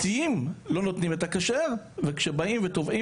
המוניציפאליים המועצה הדתית אחראית לספק אך ורק שירותי דת לתושבי